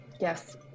Yes